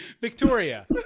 Victoria